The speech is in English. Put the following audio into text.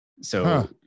So-